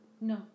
no